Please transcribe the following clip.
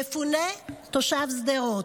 מפונה תושב שדרות: